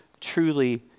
truly